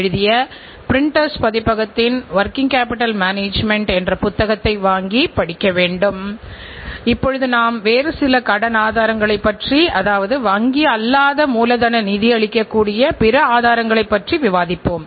நிறுவனத்தின் ஒட்டுமொத்த செயல்திறனையும் மேம்படுத்துவதற்கு வேறு சில நுட்பங்களை எவ்வாறு பயன்படுத்தலாம் என்பது குறித்து பார்ப்போம்